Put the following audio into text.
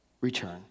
return